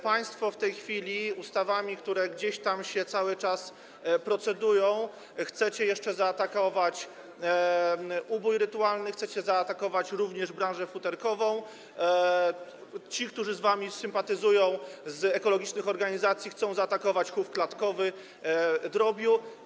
Państwo w tej chwili ustawami, nad którymi gdzieś tam się cały czas proceduje, chcecie jeszcze zaatakować ubój rytualny, chcecie zaatakować również branżę futerkową, a ci, którzy z wami sympatyzują, z organizacji ekologicznych chcą zaatakować chów klatkowy drobiu.